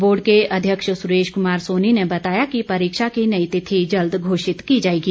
board के अध्यक्ष सुरेश कुमार सोनी ने बताया कि परीक्षा की नई तिथि जल्द घोषित की जाएगी